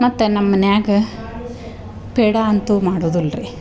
ಮತ್ತು ನಮ್ಮ ಮನೆಯಾಗ ಪೇಡಾ ಅಂತು ಮಾಡುದಿಲ್ರಿ